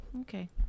Okay